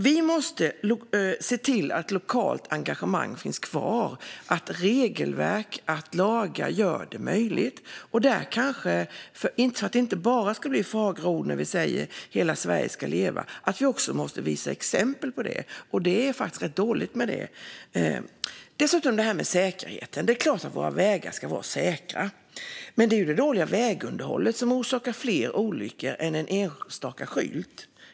Vi måste se till att regelverk och lagar gör det möjligt för lokalt engagemang att finnas kvar. Så att det inte bara ska bli fagra ord när vi säger att hela Sverige ska leva måste vi visa med exempel. Det är dåligt med dem. Sedan har vi frågan om säkerheten. Det är klart att våra vägar ska vara säkra, men det är det dåliga vägunderhållet som orsakar fler olyckor än en enstaka skylt.